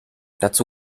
dazu